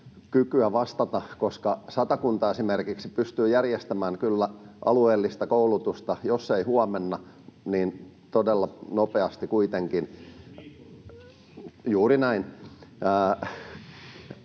kykyä vastata, koska Satakunta esimerkiksi pystyy järjestämään kyllä alueellista koulutusta, jos ei huomenna, niin todella nopeasti kuitenkin. [Jari